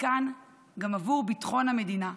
וחלקן, גם עבור ביטחון המדינה,